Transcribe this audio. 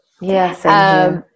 yes